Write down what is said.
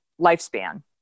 lifespan